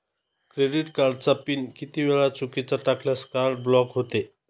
Credit कार्डचा pin किती वेळा चुकीचा टाकल्यास कार्ड ब्लॉक होते?